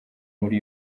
muri